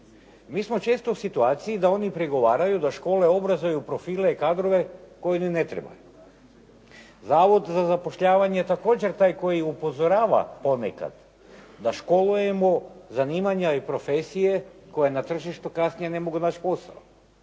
Mi smo često u situaciji da oni pregovaraju da škole obrazuju profile i kadrove koje ni ne trebaju. Zavod za zapošljavanje je također taj koji upozorava ponekad da školujemo zanimanja i profesije koje na tržištu kasnije ne mogu naći posao.